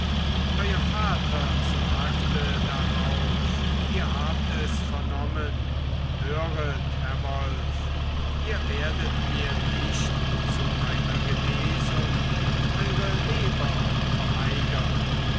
euer vater sagte darauf ihr habt es vernommen höret herr wolf ihr werdet mir nicht zu meiner genesung eure leber verweigern